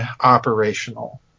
operational